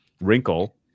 wrinkle